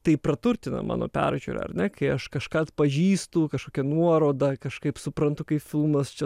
tai praturtina mano peržiūrą ar ne kai aš kažką atpažįstu kažkokią nuorodą kažkaip suprantu kaip filmas čia